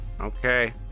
Okay